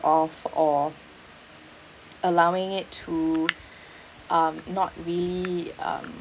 of or allowing it to um not really um